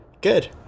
Good